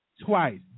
twice